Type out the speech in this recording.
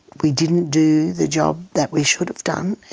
we didn't do the job that we should have done,